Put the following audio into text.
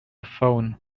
phone